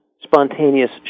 spontaneous